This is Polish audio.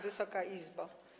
Wysoka Izbo!